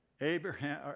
Abraham